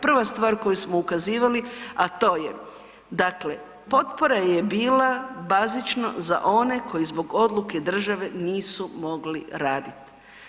Prva stvar koju smo ukazivali, a to je dakle potpora je bila bazično za one koji zbog odluke države nisu mogli raditi.